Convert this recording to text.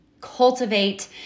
cultivate